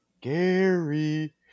Gary